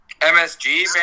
MSG